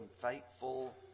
faithful